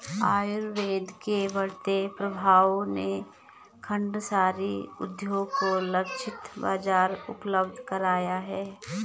आयुर्वेद के बढ़ते प्रभाव ने खांडसारी उद्योग को लक्षित बाजार उपलब्ध कराया है